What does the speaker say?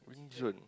Wing-Zone